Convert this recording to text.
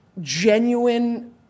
genuine